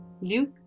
Luke